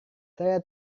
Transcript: saya